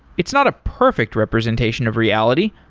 it's not a perfect representation of reality,